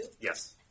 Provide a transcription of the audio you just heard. Yes